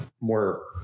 more